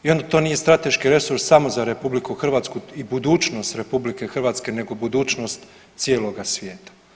I onda to nije strateški resurs samo za RH i budućnost RH, nego budućnost cijeloga svijeta.